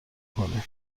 کنیم